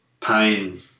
pain